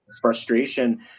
frustration